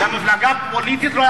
הוא צריך מיליציות?